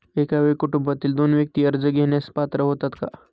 एका वेळी कुटुंबातील दोन व्यक्ती कर्ज घेण्यास पात्र होतात का?